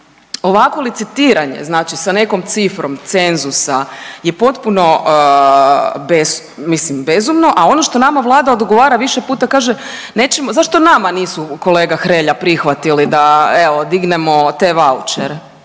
ovako licitiranje znači sa nekom cifrom cenzusa je potpuno bez, mislim bezumno, a ono što nama Vlada odgovara više puta, kaže nećemo, zašto nama nisu kolega Hrelja prihvatili da evo dignemo te vaučere,